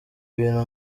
ibintu